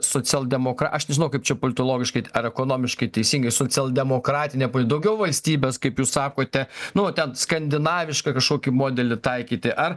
socialdemokra aš nežinau kaip čia politologiškai ar ekonomiškai teisingai socialdemokratinę daugiau valstybės kaip jūs sakote nu ten skandinavišką kažkokį modelį taikyti ar